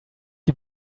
die